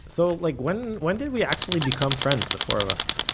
so like when, when did we actually become friends? the four of us?